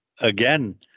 again